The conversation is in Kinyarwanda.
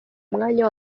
umwanya